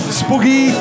spooky